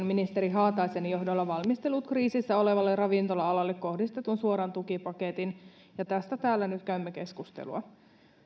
ministeri haataisen johdolla valmistellut kriisissä olevalle ravintola alalle kohdistetun suoran tukipaketin ja tästä täällä nyt käymme keskustelua